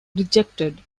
rejected